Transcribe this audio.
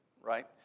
right